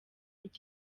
iki